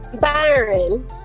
Byron